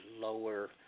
lower